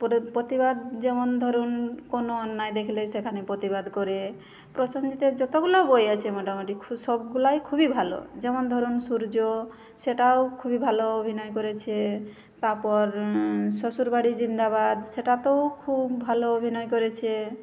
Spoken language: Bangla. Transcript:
প্রতিবাদ যেমন ধরুন কোনো অন্যায় দেখলে সেখানে প্রতিবাদ করে প্রসেনজিতের যতগুলো বই আছে মোটামুটি খুস সবগুলাই খুবই ভালো যেমন ধরুন সূর্য সেটাও খুবই ভালো অভিনয় করেছে তারপর শ্বশুরবাড়ি জিন্দাবাদ সেটাতেও খুব ভালো অভিনয় করেছে